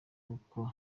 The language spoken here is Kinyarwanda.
kuko